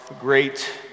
great